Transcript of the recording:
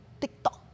TikTok